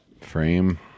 Frame